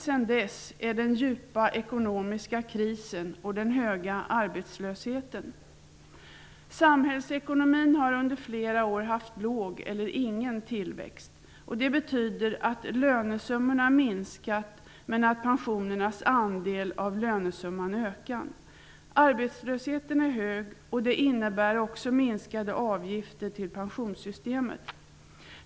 Sedan dess har den djupa ekonomiska krisen och den höga arbetslösheten tillkommit. Samhällsekonomin har under flera år haft en låg eller ingen tillväxt. Det betyder att lönesummorna har minskat men att pensionernas andel av lönesummorna har ökat. Arbetslösheten är hög. Det medför minskade avgifter till pensionssystemet.